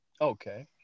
Okay